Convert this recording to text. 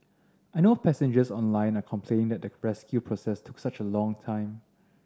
I know passengers online are complaining that the rescue process took such a long time